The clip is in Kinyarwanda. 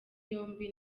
yombi